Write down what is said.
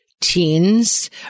teens